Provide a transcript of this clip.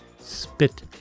Spit